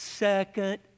second